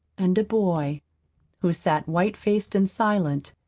and a boy who sat white-faced and silent,